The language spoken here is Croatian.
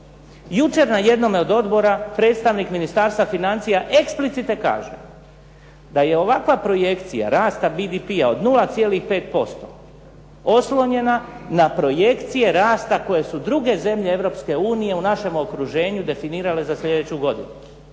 Jučer na jednome od odbora predstavnik Ministarstva financija eksplicite kaže da je ovakva projekcija rasta BDP-a od 0,5% oslonjena na projekcije rasta koje su druge zemlje Europske unije u našem okruženju definirale za sljedeću godinu.